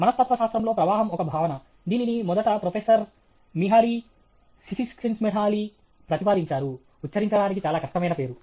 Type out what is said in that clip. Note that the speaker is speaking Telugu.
మనస్తత్వశాస్త్రంలో ప్రవాహం ఒక భావన దీనిని మొదట ప్రొఫెసర్ మిహాలీ సిసిక్స్జెంట్మిహాలీ ప్రతిపాదించారు ఉచ్చరించడానికి చాలా కష్టమైన పేరు